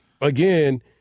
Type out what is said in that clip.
again